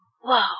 Whoa